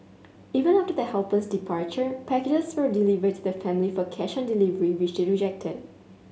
even after the helper's departure packages were delivered to the family for cash on delivery which they rejected